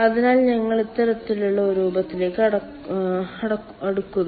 അതിനാൽ ഞങ്ങൾ ഇത്തരത്തിലുള്ള ഒരു രൂപത്തിലേക്ക് അടുക്കുന്നു